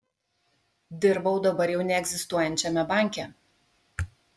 dirbau dabar jau neegzistuojančiame banke